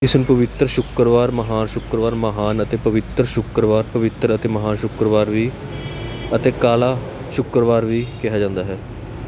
ਇਸ ਨੂੰ ਪਵਿੱਤਰ ਸ਼ੁੱਕਰਵਾਰ ਮਹਾਨ ਸ਼ੁੱਕਰਵਾਰ ਮਹਾਨ ਅਤੇ ਪਵਿੱਤਰ ਸ਼ੁੱਕਰਵਾਰ ਪਵਿੱਤਰ ਅਤੇ ਮਹਾਨ ਸ਼ੁੱਕਰਵਾਰ ਵੀ ਅਤੇ ਕਾਲਾ ਸ਼ੁੱਕਰਵਾਰ ਵੀ ਕਿਹਾ ਜਾਂਦਾ ਹੈ